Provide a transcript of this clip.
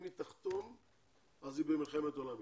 אם היא תחתום אז היא במלחמת עולם איתי.